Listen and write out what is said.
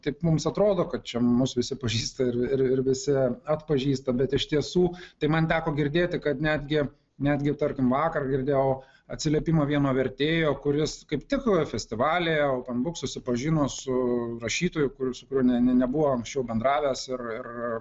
taip mums atrodo kad čia mus visi pažįsta ir irmvisi atpažįsta bet iš tiesų tai man teko girdėti kad netgi netgi tarkim vakar girdėjau atsiliepimą vieno vertėjo kuris kaip tik festivalyje oupen buk susipažino su rašytoju kuris su kuriuo ne nebuvo anksčiau bendravęs ir